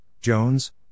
Jones